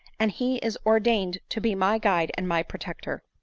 and he is ordained to be my guide and my protector!